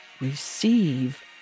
receive